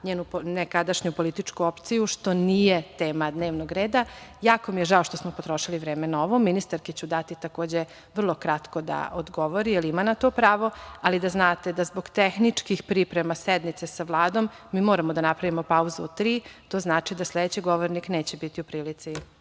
njenu nekadašnju političku opciju, što nije tema dnevnog reda. Jako mi je žao što smo potrošili vreme na ovo. Ministarki ću dati reč, vrlo kratko da odgovori, jer ima na to pravo, ali da znate da zbog tehničkih priprema sednice sa Vladom, mi moramo da napravimo pauzu do 15.00 časova, što znači da sledeći govornik neće biti u prilici